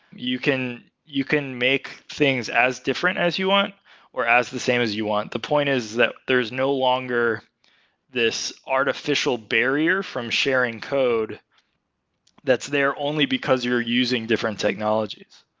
you can you can make things as different as you want or as the same as you want. the point is that there is no longer this artificial barrier from sharing code that's there only because you're using different technologies.